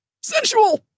Sensual